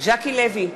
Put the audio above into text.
ז'קי לוי,